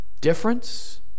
difference